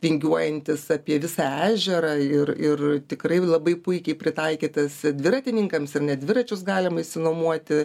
vingiuojantis apie visą ežerą ir ir tikrai labai puikiai pritaikytas dviratininkams ir net dviračius galima išsinuomoti